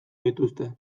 dituzte